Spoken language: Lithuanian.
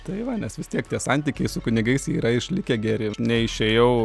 tai va nes vis tiek tie santykiai su kunigais yra išlikę geri neišėjau